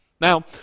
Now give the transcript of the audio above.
now